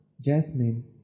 jasmine